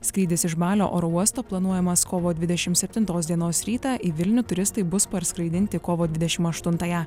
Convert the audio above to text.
skrydis iš balio oro uosto planuojamas kovo dvidešim septintos dienos rytą į vilnių turistai bus parskraidinti kovo dvidešim aštuntąją